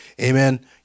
amen